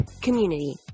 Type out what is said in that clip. community